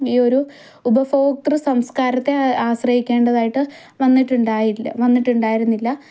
ഈ ഒരു ഉപഭോക്തൃ സംസ്കാരത്തെ ആശ്രയിക്കേണ്ടതായിട്ട് വന്നിട്ടുണ്ടായിരുന്നില്ല വന്നിട്ടുണ്ടായിരുന്നില്ല